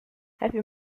heavy